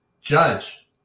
Judge